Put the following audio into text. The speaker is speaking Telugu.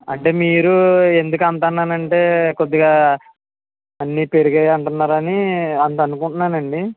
అంటే మీరు ఎందుకు అంత అన్నాను అంటే కొద్దిగా అన్నిపెరిగాయి అంటున్నారు అని అంత అనుకుంటున్నానండి